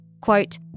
quote